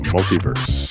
Multiverse